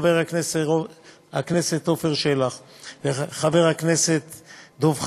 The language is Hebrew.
חבר הכנסת עפר שלח וחבר הכנסת דב חנין,